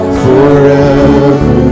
forever